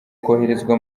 koherezwa